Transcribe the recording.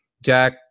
Jack